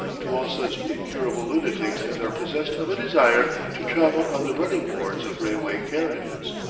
to all such incurable lunatics as are possessed of a desire to travel on the running-boards of railway carriages.